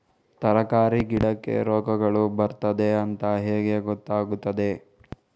ತರಕಾರಿ ಗಿಡಕ್ಕೆ ರೋಗಗಳು ಬರ್ತದೆ ಅಂತ ಹೇಗೆ ಗೊತ್ತಾಗುತ್ತದೆ?